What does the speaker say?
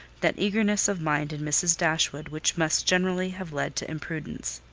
that eagerness of mind in mrs. dashwood which must generally have led to imprudence.